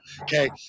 okay